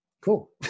Cool